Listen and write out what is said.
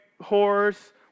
horse